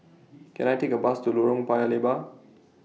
Can I Take A Bus to Lorong Paya Lebar